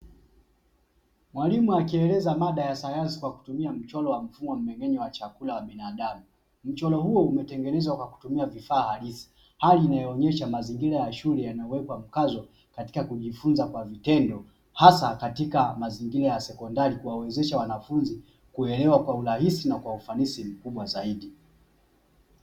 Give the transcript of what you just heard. Mwalimu akieleza mada ya sayansi kwa kutumia mchoro wa mfumo wa mmeng'enyo wa chakula wa binadamu, mchoro huo umetengenezwa kwa kutumia vifaa halisi hali inayoonyesha mazingira ya shule yanawekwa mkazo katika kujifunza kwa vitendo hasa katika mazingira ya sekondari kuwawezesha wanafunzi kuelewa kwa urahisi na kwa ufanisi mkubwa zaidi.